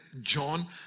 John